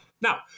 Now